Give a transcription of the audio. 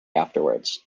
afterwards